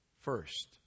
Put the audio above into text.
first